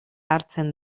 hartzen